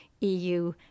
EU